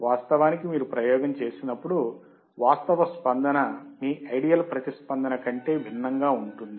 వాస్తవానికి మీరు ప్రయోగం చేసినప్పుడు వాస్తవ స్పందన మీ ఐడియల్ ప్రతిస్పందన కంటే భిన్నంగా ఉంటుంది